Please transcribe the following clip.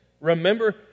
Remember